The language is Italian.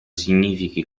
significhi